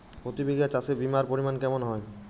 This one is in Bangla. প্রতি বিঘা চাষে বিমার পরিমান কেমন হয়?